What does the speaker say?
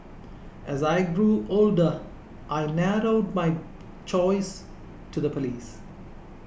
as I grew older I narrowed my choice to the police